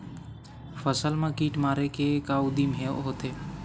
फसल मा कीट मारे के का उदिम होथे?